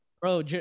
bro